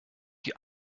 die